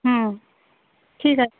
ठीक आहे